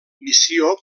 missió